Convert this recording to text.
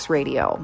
Radio